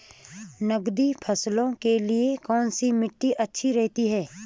नकदी फसलों के लिए कौन सी मिट्टी अच्छी रहती है?